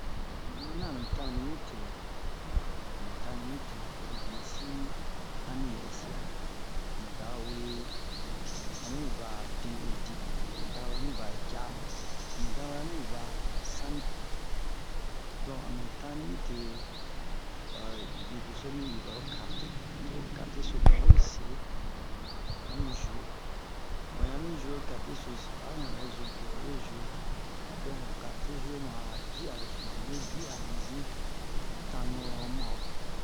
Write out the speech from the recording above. mi yi miniyan ami tanni mite ami tanni mi oro biye si ami yi ɛsiya mu dawe ami va de'udi mu dawe ami va jamu mu dawe ami va sanni donk ami tanni mite ɓa bedoso mibin ɓaro karte to ho karte so mi mawe se ami zuwe o ɲan mi zuwe ho karte so a o ɲan ɓɛ zun biye ho we zuwera donk ho karte ho karte zuwenu a ci'aro sunu ami ci'a ami zin ami tanni ho mu a o cunu